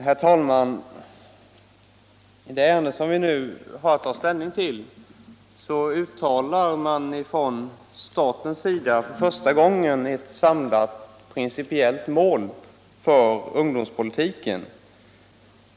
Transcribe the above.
Herr talman! I det ärende som vi nu har att ta ställning till anges från statligt håll för första gången ett samlat principiellt mål, ungdomspolitiken.